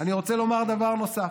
אני רוצה לומר דבר נוסף.